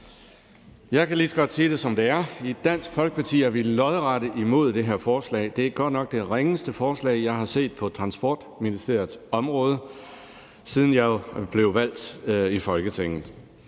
Jeg kan lige så godt sige det, som det er: I Dansk Folkeparti er vi lodret imod det her forslag. Det er godt nok det ringeste forslag, jeg har set på Transportministeriets område, siden jeg blev valgt til Folketinget.